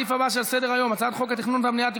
חבר הכנסת